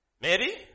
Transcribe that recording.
Mary